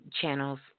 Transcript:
channels